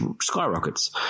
skyrockets